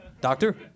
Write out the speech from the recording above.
Doctor